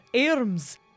arms